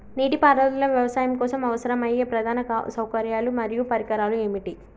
నీటిపారుదల వ్యవసాయం కోసం అవసరమయ్యే ప్రధాన సౌకర్యాలు మరియు పరికరాలు ఏమిటి?